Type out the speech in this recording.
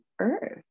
earth